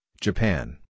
Japan